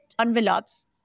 envelopes